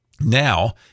Now